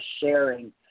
sharing